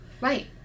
Right